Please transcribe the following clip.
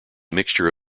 mixture